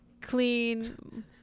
clean